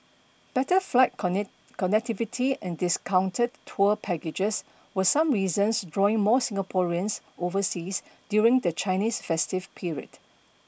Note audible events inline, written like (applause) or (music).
better flight (unintelligible) connectivity and discounted tour packages were some reasons drawing more Singaporeans overseas during the Chinese festive period